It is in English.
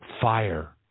fire